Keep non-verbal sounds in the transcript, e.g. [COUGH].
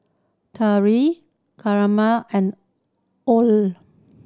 Terrell Carmel and [UNINTELLIGIBLE]